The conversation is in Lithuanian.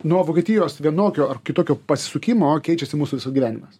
nuo vokietijos vienokio ar kitokio pasisukimo keičiasi mūsų visas gyvenimas